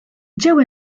ġew